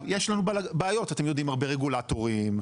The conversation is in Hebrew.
יש לנו בעיות; הרבה רגולטורים,